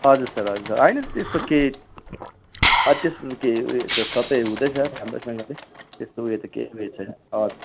हजुर सर हजुर सर होइन त त्यस्तो केही अब त्यस्तो त केही सबै हुँदैछ राम्रोसँगले त्यस्तो उयो त केही भएको छैन हवस्